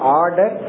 order